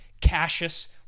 Cassius